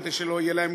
כדי שלא יהיה להם